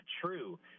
true